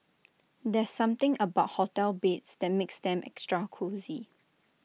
there's something about hotel beds that makes them extra cosy